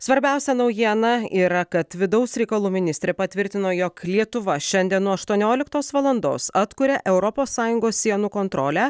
svarbiausia naujiena yra kad vidaus reikalų ministrė patvirtino jog lietuva šiandien nuo aštuonioliktos valandos atkuria europos sąjungos sienų kontrolę